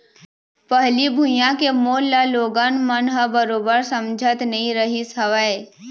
पहिली भुइयां के मोल ल लोगन मन ह बरोबर समझत नइ रहिस हवय